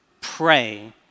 Pray